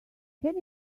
can